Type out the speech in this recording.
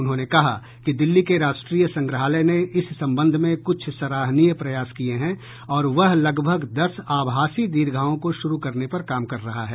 उन्होंने कहा कि दिल्ली के राष्ट्रीय संग्रहालय ने इस संबंध में कुछ सराहनीय प्रयास किए हैं और वह लगभग दस आभासी दीर्घाओं को शुरू करने पर काम कर रहा है